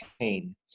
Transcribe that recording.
pain